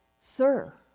sir